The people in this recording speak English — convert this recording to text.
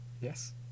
yes